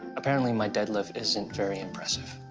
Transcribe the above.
apparently, my dead lift isn't very impressive.